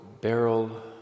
barrel